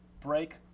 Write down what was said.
break